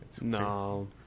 No